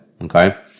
okay